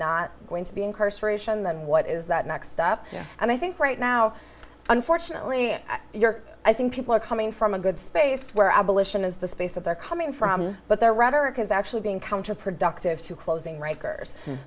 not going to be incarceration then what is that next step and i think right now unfortunately i think people are coming from a good space where abolition is the space that they're coming from but their rhetoric is actually being counterproductive to closing riker